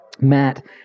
Matt